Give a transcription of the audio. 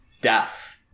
death